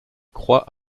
croît